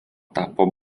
tapo